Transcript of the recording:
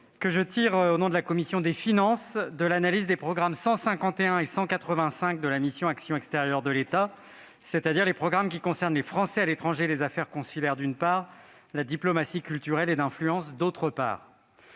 que je tire, au nom de la commission des finances, de l'analyse des programmes 151 et 185 de la mission « Action extérieure de l'État », qui concernent les Français à l'étranger et les affaires consulaires, d'une part, la diplomatie culturelle et d'influence, d'autre part.